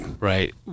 Right